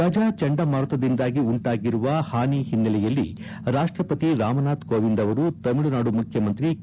ಗಜ ಚಂಡಮಾರುತದಿಂದಾಗಿ ಉಂಟಾಗಿರುವ ಹಾನಿ ಹಿನ್ನೆಲೆಯಲ್ಲಿ ರಾಷ್ಟಪತಿ ರಾಮನಾಥ್ ಕೋವಿಂದ್ ಅವರು ತಮಿಳುನಾಡು ಮುಖ್ಯಮಂತ್ರಿ ಕೆ